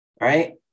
Right